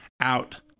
out